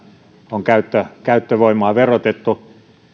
on käyttövoimaa verotettu